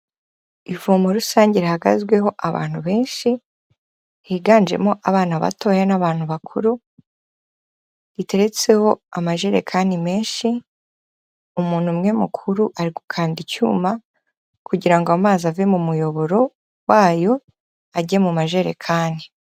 ivomero rusange rihagazweho abantu benshi, higanjemo abana batoya n'abantu bakuru, riteretseho amajerekani menshi, umuntu umwe mukuru ari gukanda icyuma, kugirango ngo amazi ave mu muyoboro wayo ajye mu majerekani.